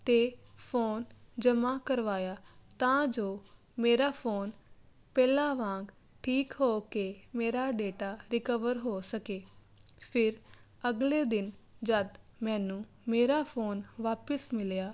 ਅਤੇ ਫੋਨ ਜਮ੍ਹਾਂ ਕਰਵਾਇਆ ਤਾਂ ਜੋ ਮੇਰਾ ਫੋਨ ਪਹਿਲਾਂ ਵਾਂਗ ਠੀਕ ਹੋ ਕੇ ਮੇਰਾ ਡੇਟਾ ਰਿਕਵਰ ਹੋ ਸਕੇ ਫਿਰ ਅਗਲੇ ਦਿਨ ਜਦ ਮੈਨੂੰ ਮੇਰਾ ਫੋਨ ਵਾਪਸ ਮਿਲਿਆ